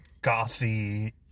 gothy